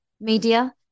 media